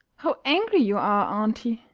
how angry you are, aunty!